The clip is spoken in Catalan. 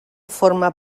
forma